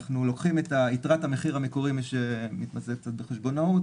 אנחנו לוקחים את יתרת המחיר המקורי מי שמתמצא קצת בחשבונאות